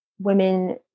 women